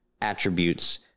attributes